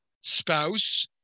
spouse